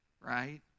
right